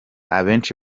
abenshi